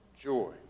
joy